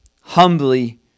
humbly